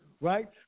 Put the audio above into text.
right